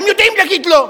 הם יודעים להגיד לא,